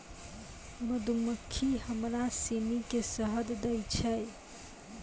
मधुमक्खी हमरा सिनी के शहद दै छै